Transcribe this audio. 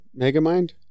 Megamind